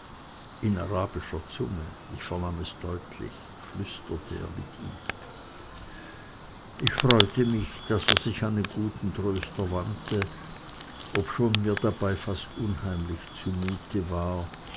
in arabischer zunge ich vernahm es deutlich flüsterte er mit ihm ich freute mich daß er sich an den guten tröster wandte obschon mir dabei fast unheimlich zumute war